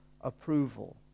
approval